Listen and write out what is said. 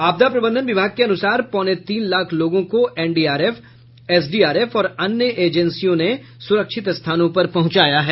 आपदा प्रबंधन विभाग के अनुसार पौने तीन लाख लोगों को एनडीआरएफ एसडीआरएफ और अन्य एजेंसियों ने सुरक्षित स्थानों पर पहुंचाया है